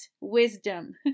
wisdom